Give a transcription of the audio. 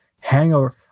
Hangover